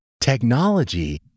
Technology